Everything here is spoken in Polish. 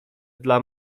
dla